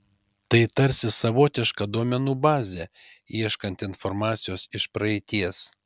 tai tarsi savotiška duomenų bazė ieškant informacijos iš praeities